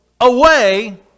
away